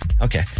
okay